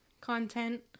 content